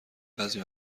بعضی